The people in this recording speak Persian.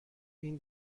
این